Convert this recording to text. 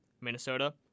Minnesota